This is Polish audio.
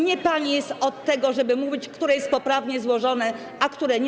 Nie pani jest od tego, żeby mówić, które jest poprawnie złożone, a które nie.